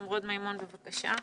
נמרוד מימון, בבקשה.